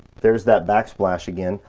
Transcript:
there's that backsplash again.